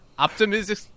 Optimistic